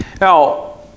Now